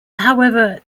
however